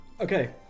Okay